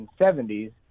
1970s